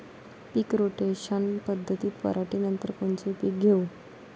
पीक rotation पद्धतीत पराटीनंतर कोनचे पीक घेऊ?